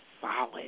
solid